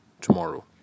tomorrow